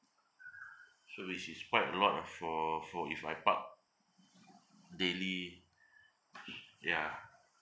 so which is quite a lot ah for for if I park daily yeah